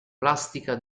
plastica